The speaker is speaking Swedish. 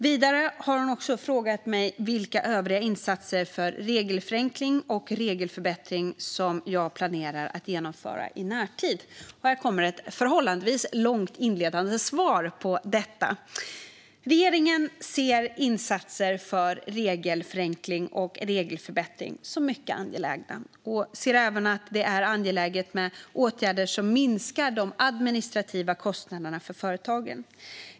Vidare har hon frågat mig vilka övriga insatser för regelförenkling och regelförbättring som jag planerar att genomföra i närtid. Här kommer ett förhållandevis långt inledande svar på detta. Regeringen ser insatser för regelförenkling och regelförbättring som mycket angelägna och ser även att det är angeläget med åtgärder som minskar de administrativa kostnaderna för företagen.